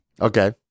Okay